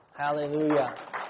Hallelujah